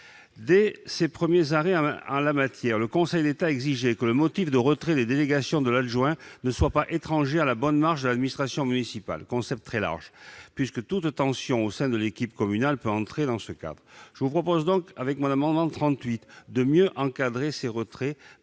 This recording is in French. Dès ses premiers arrêts en la matière, le Conseil d'État exigeait que le motif du retrait des délégations de l'adjoint ne soit pas étranger à la bonne marche de l'administration municipale, concept très large, puisque toute tension au sein de l'équipe communale peut entrer dans ce cadre. L'amendement n° 38 vise donc à mieux encadrer ces retraits